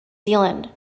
zealand